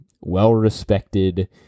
well-respected